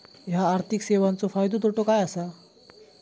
हया आर्थिक सेवेंचो फायदो तोटो काय आसा?